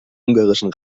ungarischen